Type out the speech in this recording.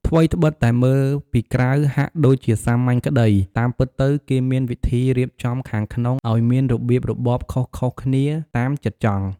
ថ្វីត្បិតតែមើលពីក្រៅហាក់ដូចជាសាមញ្ញក្តី តាមពិតទៅគេមានវិធីរៀបចំខាងក្នុងឱ្យមានរបៀបរបបខុសៗគ្នាតាមចិត្តចង់។